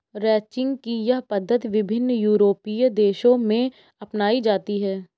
ranching की यह पद्धति विभिन्न यूरोपीय देशों में अपनाई जाती है